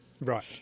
Right